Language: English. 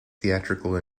theatrical